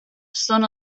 són